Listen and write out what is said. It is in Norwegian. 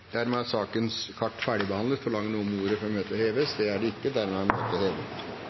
Dermed er dagens kart ferdigbehandlet. Forlanger noen ordet før møtet heves? – Møtet er hevet.